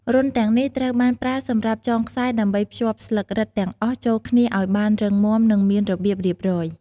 រន្ធទាំងនេះត្រូវបានប្រើសម្រាប់ចងខ្សែដើម្បីភ្ជាប់ស្លឹករឹតទាំងអស់ចូលគ្នាឱ្យបានរឹងមាំ និងមានរបៀបរៀបរយ។